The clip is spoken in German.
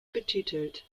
betitelt